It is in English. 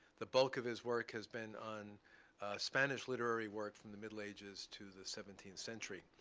the bulk of his work has been on spanish literary work from the middle ages to the seventeenth century.